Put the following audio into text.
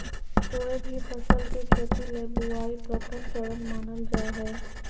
कोय भी फसल के खेती ले बुआई प्रथम चरण मानल जा हय